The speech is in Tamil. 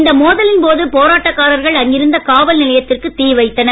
இந்த மோதலின் போது போராட்டக்காரர்கள் அங்கிருந்த காவல் நிலையத்திற்கு தீவைத்தனர்